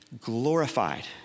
glorified